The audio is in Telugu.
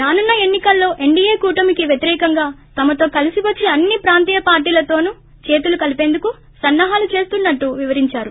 రానున్న ఎన్నికల్లో ఎన్టియే కూటమికి వ్యతిరేకంగా తమతో కలిసి వచ్చే అన్ని ప్రాంతీయ పార్టీలతోను చేతులు కలిపేందుకు సన్నాహాలు చేస్తున్నట్టు వివరించారు